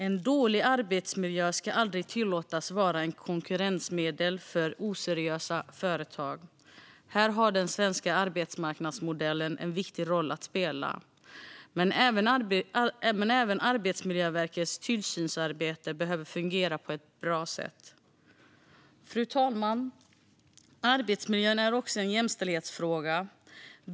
En dålig arbetsmiljö ska aldrig tillåtas vara ett konkurrensmedel för oseriösa företag. Här har den svenska arbetsmarknadsmodellen en viktig roll att spela. Men även Arbetsmiljöverkets tillsynsarbete behöver fungera på ett bra sätt. Fru talman! Arbetsmiljön är också en jämställdhetsfråga.